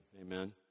amen